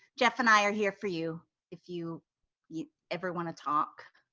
jeff and i are here for you if you you ever wanna talk.